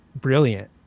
brilliant